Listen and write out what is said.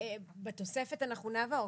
בתוספת אנחנו נעבור.